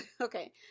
Okay